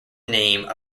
name